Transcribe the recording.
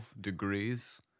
degrees